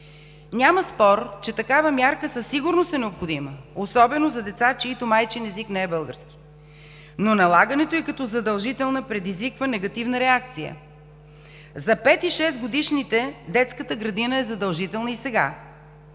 Няма спор, че такава мярка със сигурност е необходима, особено за деца, чиито майчин език не е българският, но налагането ѝ като задължителна, предизвиква негативна реакция. За пет- и шестгодишните детската градина е задължителна и сега.